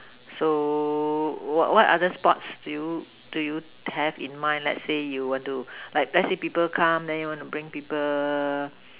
so what other sports do you do you have in mind let's say you want to like let's say people come then you want to bring people